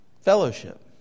fellowship